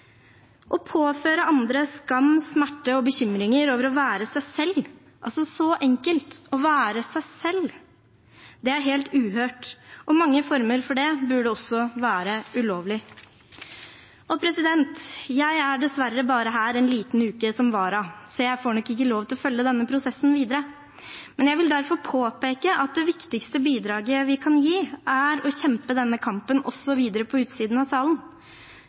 Å påføre andre skam, smerte og bekymringer over å være seg selv – altså så enkelt, å være seg selv – er helt uhørt, og mange former for det burde også være ulovlig. Jeg er dessverre her bare en liten uke som vara, så jeg får nok ikke lov til å følge denne prosessen videre. Jeg vil derfor påpeke at det viktigste bidraget vi kan gi, er å kjempe denne kampen videre også på utsiden av salen.